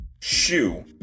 shoe